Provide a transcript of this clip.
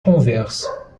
conversa